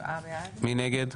מי נגד?